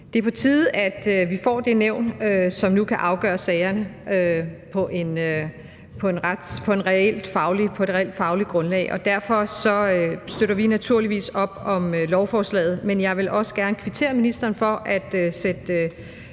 Det er på tide, at vi får det nævn, som nu kan afgøre sagerne på et reelt fagligt grundlag, og derfor støtter vi naturligvis op om lovforslaget.